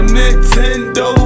nintendo